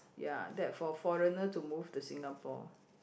ya that for foreigner to move to Singapore